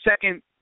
second